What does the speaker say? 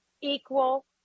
equal